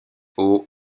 aux